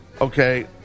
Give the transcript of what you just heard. okay